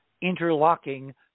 interlocking